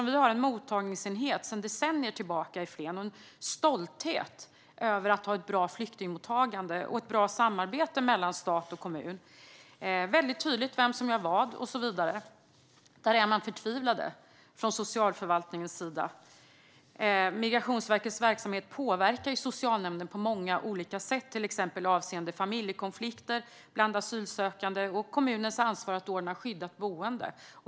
Vi har en mottagningsenhet sedan decennier tillbaka i Flen och en stolthet över att vi har ett bra flyktingmottagande och ett bra samarbete mellan stat och kommun. Det är tydligt vem som gör vad och så vidare. Där är man nu förtvivlad från socialförvaltningens sida. Migrationsverkets verksamhet påverkar socialnämnden på många olika sätt, till exempel avseende familjekonflikter bland asylsökande och kommunens ansvar att ordna skyddat boende.